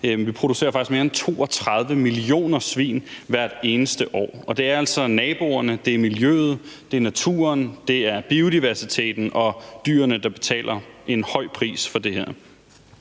Vi producerer faktisk mere end 32 millioner svin hvert eneste år, og det er altså naboerne, miljøet, naturen, biodiversiteten og dyrene, der betaler en høj pris for det her.